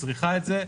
שצריכה את זה,